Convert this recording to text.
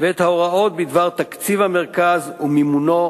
ואת ההוראות בדבר תקציב המרכז ומימונו